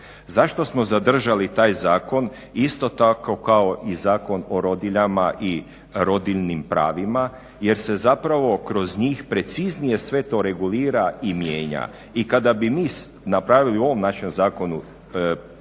Zašto smo zadržali taj zakon isto tako kao i Zakon o rodiljama i rodiljnim pravima? Jer se zapravo kroz njih preciznije sve to regulira i mijenja. I kada bi mi napravili u ovom našem zakonu posebnu